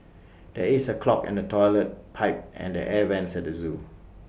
there is A clog in the Toilet Pipe and the air Vents at the Zoo